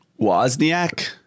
Wozniak